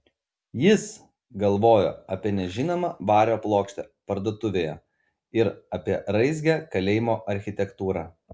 jis galvojo apie nežinomą vario plokštę parduotuvėje ir apie raizgią kalėjimo architektūrą